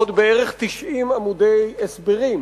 עוד כ-90 עמודי הסברים.